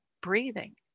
breathing